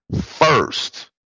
first